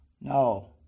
No